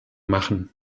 machen